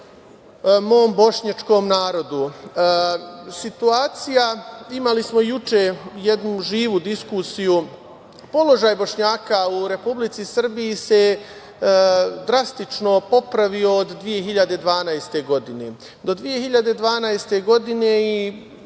mom bošnjačkom narodu. Imali smo juče jednu živu diskusiju. Položaj Bošnjaka u Republici Srbiji se drastično popravio od 2012. godine. Do 2012. godine i